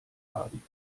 haben